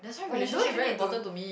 like you don't even need to